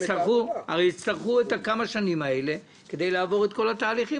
הרי יצטרכו את כמה השנים האלה כדי לעבור את כל התהליכים.